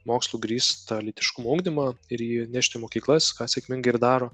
mokslu grįstą lytiškumo ugdymą ir jį nešt į mokyklas ką sėkmingai ir daro